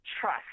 trust